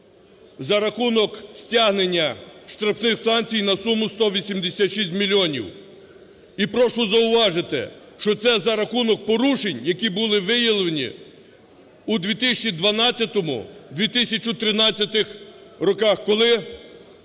за рахунок стягнення штрафних санкцій на суму 186 мільйонів. І прошу зауважити, що це за рахунок порушень, які були виявлені у 2012-2013 роках, коли